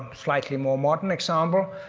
slightly more modern example.